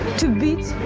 to beat,